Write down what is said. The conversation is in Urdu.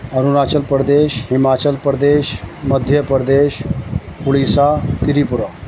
اروناچل پردیش ہماچل پردیش مدھیہ پردیش اڑیسہ تریپورا